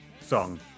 song